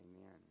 Amen